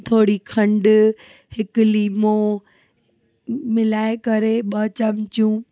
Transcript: थोरी खंडु हिकु लीमो मिलाए करे ॿ चुमिचियूं